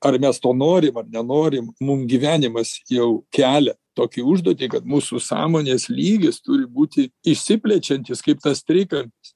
ar mes to norim ar nenorim mum gyvenimas jau kelia tokią užduotį kad mūsų sąmonės lygis turi būti išsiplečiantis kaip tas trikampis